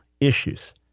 issues